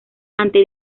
ante